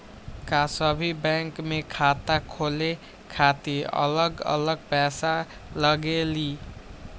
का सभी बैंक में खाता खोले खातीर अलग अलग पैसा लगेलि?